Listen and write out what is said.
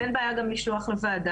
ואין בעיה גם לשלוח לוועדה.